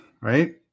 right